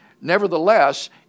Nevertheless